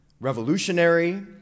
revolutionary